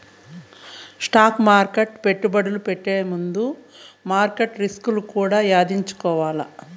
stock మార్కెట్ల పెట్టుబడి పెట్టే ముందుల మార్కెట్ల రిస్కులు కూడా యాదించుకోవాల్ల